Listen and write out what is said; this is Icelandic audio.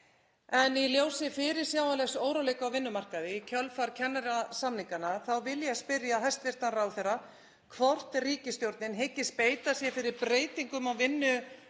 En í ljósi fyrirsjáanlegs óróleika á vinnumarkaði í kjölfar kennarasamninganna þá vil ég spyrja hæstv. ráðherra hvort ríkisstjórnin hyggist beita sér fyrir breytingum á vinnulöggjöfinni